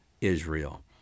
Israel